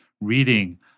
reading